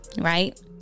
Right